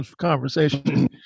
conversation